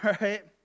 right